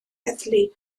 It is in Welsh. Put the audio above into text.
heddlu